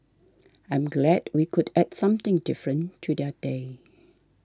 I am glad we could add something different to their day